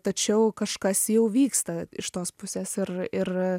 tačiau kažkas jau vyksta iš tos pusės ir ir